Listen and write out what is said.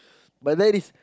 but that is